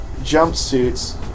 jumpsuits